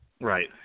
Right